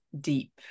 deep